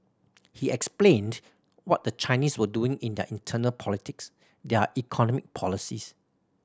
he explained what the Chinese were doing in their internal politics their economic policies